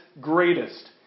greatest